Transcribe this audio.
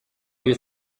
you